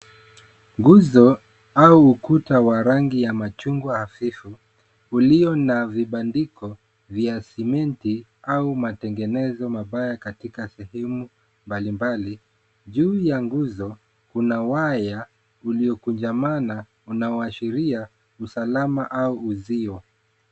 Nguzo au ukuta wa rangi ya machungwa hafifu ulio na vibandiko vya simenti au matengenezo mabaya katika sehemu mbalimbali. Juu ya nguzo kuna waya uliyokunjamana unaoashiria usalama au uzio.